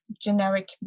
generic